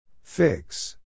Fix